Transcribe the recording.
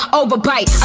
overbite